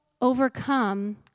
overcome